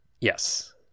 Yes